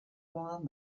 modan